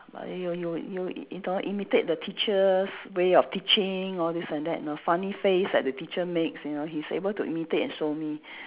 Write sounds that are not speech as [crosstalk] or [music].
like you you you you know imitate the teachers' way of teaching all these and that you know funny face that the teacher makes you know he's able to imitate and show me [breath]